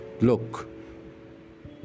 Look